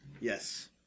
Yes